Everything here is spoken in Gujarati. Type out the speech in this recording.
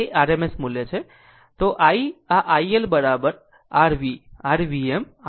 તો i આ iL r V r Vm